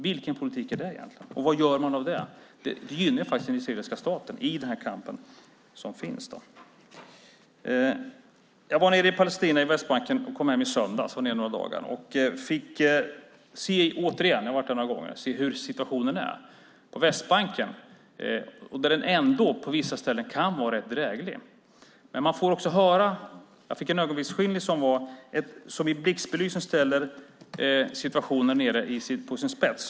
Vilken politik är det egentligen, och vad gör man av det? Det gynnar ju faktiskt den israeliska staten i den kamp som förs. Jag var nere i Palestina, på Västbanken, några dagar och kom hem i söndags. Jag fick då återigen se - jag har varit där några gånger - hur situationen är på Västbanken. På vissa ställen kan den ändå vara rätt dräglig, men jag fick också en ögonvittnesskildring som satte blixtbelysning på situationen där nere när den ställs på sin spets.